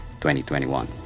2021